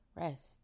rest